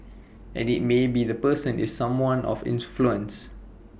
and maybe the person is someone of influence